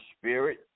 spirit